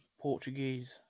Portuguese